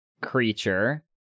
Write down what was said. creature